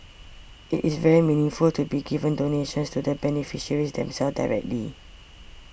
it is very meaningful to be giving donations to the beneficiaries themselves directly